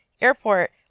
airport